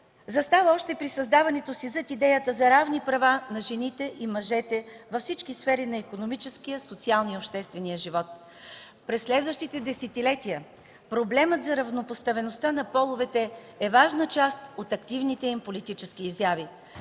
застава още при създаването си зад идеята за равни права на жените и мъжете във всички сфери на икономическия, социалния и обществения живот. През следващите десетилетия проблемът за равнопоставеността на половете е важна част от активните им политически изяви.